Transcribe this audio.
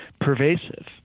pervasive